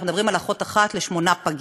אנחנו מדברים על אחות אחת לשמונה פגים.